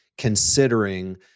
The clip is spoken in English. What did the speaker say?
considering